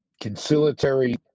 conciliatory